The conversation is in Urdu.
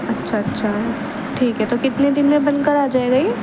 اچھا اچھا ٹھیک ہے تو کتنے دن میں بن کر آ جائے گا یہ